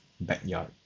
backyard